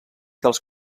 dels